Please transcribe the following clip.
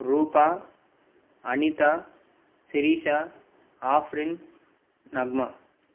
Roopa Anitha Sirisha Afrin Nagma